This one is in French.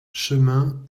chemin